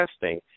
testing